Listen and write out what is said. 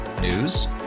News